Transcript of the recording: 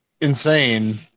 insane